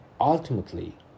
ultimately